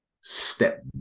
step